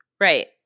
Right